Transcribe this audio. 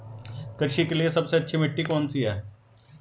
कृषि के लिए सबसे अच्छी मिट्टी कौन सी है?